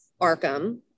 Arkham